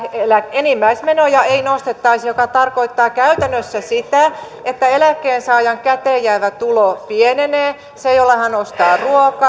enimmäismenoja ei nostettaisi mikä tarkoittaa käytännössä sitä että eläkkeensaajan käteen jäävä tulo pienenee se jolla hän ostaa ruokaa